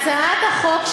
הצעת החוק,